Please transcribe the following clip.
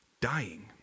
dying